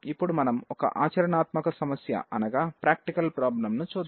ఇప్పుడు మనం ఒక ఆచరణాత్మక సమస్య ను చూద్దాం